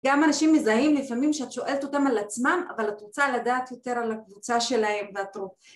גם אנשים מזהים לפעמים שאת שואלת אותם על עצמם אבל את רוצה לדעת יותר על הקבוצה שלהם ואת...